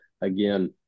again